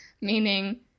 Meaning